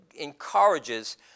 encourages